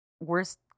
worst